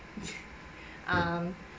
um